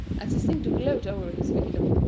as he seemed to gloat over his victim.